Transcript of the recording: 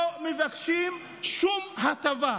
ולא מבקשים שום הטבה,